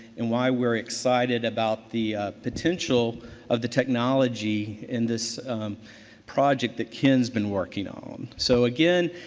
and why we're excited about the potential of the technology in this project that ken's been working on. so, again,